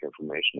information